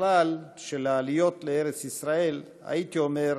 ובכלל של העליות לארץ ישראל, הייתי אומר: